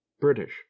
BRITISH